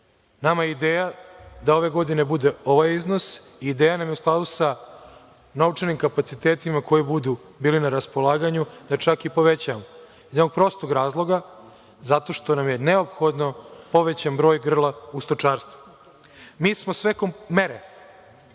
Nama je ideja da ove godine bude ovaj iznos i ideja nam je u skladu sa novčanim kapacitetima koji budu bili na raspolaganju da čak i povećamo, iz jednog prostog razloga zato što nam je neophodno povećan broj grla u stočarstvu. Mi smo sve mere